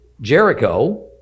Jericho